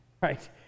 Right